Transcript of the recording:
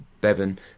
Bevan